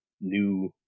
new